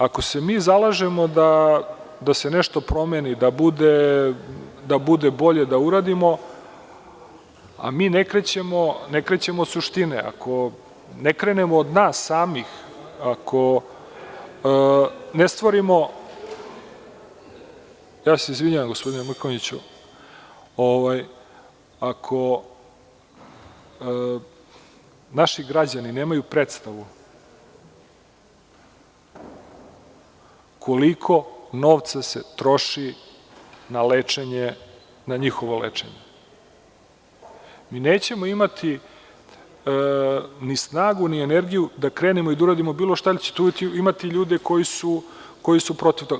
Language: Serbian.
Ako se mi zalažemo da se nešto promeni, da bude bolje, da uradimo, a ne krećemo od suštine, ako ne krenemo od nas samih, ako ne stvorimo, ako naši građani nemaju predstavu koliko novca se troši na njihovo lečenje, nećemo imati ni snagu ni energiju da krenemo i da uradimo bilo šta, jer ćete imati ljude koji su protiv toga.